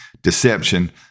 deception